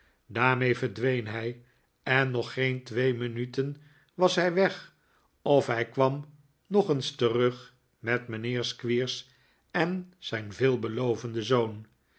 daarmee verdween hij en nog geen twee minuten was hij weg of hij kwam nog eens terug met mijnheer squeers en zijn veelbelovenden zoon